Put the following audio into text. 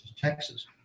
Texas